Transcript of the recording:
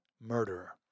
murderer